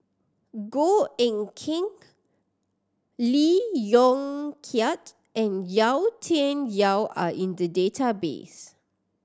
Goh Eck Kheng Lee Yong Kiat and Yau Tian Yau are in the database